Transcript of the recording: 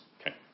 Okay